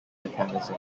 mechanism